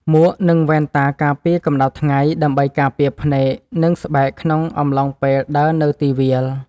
មួក និងវ៉ែនតាការពារកម្ដៅថ្ងៃ ដើម្បីការពារភ្នែក និងស្បែកក្នុងអំឡុងពេលដើរនៅទីវាល។